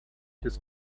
his